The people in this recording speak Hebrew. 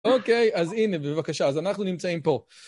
אוקיי, אז הנה, בבקשה, אז אנחנו נמצאים פה.